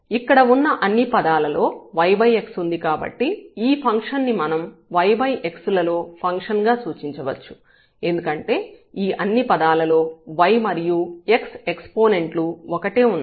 ఇక్కడ ఉన్న అన్ని పదాలలో yx ఉంది కాబట్టి ఈ ఫంక్షన్ ని మనం yx లలో ఫంక్షన్ గా సూచించవచ్చు ఎందుకంటే ఈ అన్ని పదాలలో y మరియు x ఎక్సపోనెంట్ లు ఒకటే ఉన్నాయి